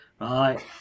right